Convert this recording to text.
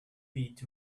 pit